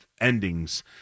endings